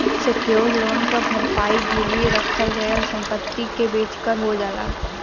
secured loan क भरपाई गिरवी रखल गयल संपत्ति के बेचके हो जाला